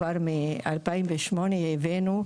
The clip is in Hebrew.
כבר מ-2008 הבאנו,